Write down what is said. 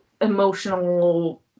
emotional